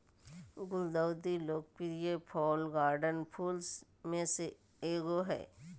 गुलदाउदी लोकप्रिय fall garden फूल में से एगो हइ